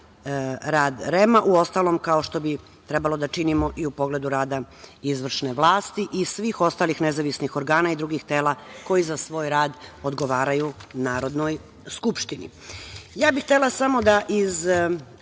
što bi, uostalom, trebalo da činimo i u pogledu rada izvršne vlasti i svih ostalih nezavisnih organa i drugih tela koji za svoj rad odgovaraju Narodnoj skupštini. Htela bih samo da iz